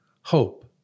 Hope